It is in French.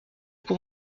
pour